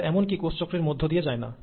তারা এমন কি কোষচক্রের মধ্যে দিয়ে যায় না